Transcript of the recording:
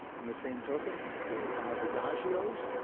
on the same token, if there are five adagios,